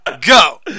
go